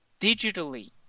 digitally